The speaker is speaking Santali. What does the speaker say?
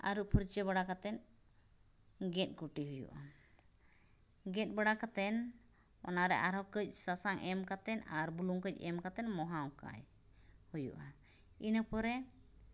ᱟᱹᱨᱩᱵ ᱯᱷᱟᱹᱨᱪᱟᱹ ᱵᱟᱲᱟ ᱠᱟᱛᱮᱫ ᱜᱮᱫ ᱠᱩᱴᱤᱭ ᱦᱩᱭᱩᱜᱼᱟ ᱜᱮᱫᱵᱟᱲᱟ ᱠᱟᱛᱮᱱ ᱚᱱᱟᱨᱮ ᱟᱨᱦᱚᱸ ᱠᱟᱹᱡ ᱥᱟᱥᱟᱝ ᱮᱢ ᱠᱟᱛᱮᱱ ᱟᱨ ᱵᱩᱞᱩᱝᱠᱚ ᱮᱢ ᱠᱟᱛᱮᱱ ᱢᱳᱦᱟᱣᱠᱟᱭ ᱦᱩᱭᱩᱜᱼᱟ ᱤᱱᱟᱹᱯᱚᱨᱮ